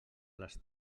les